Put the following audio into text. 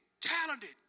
Talented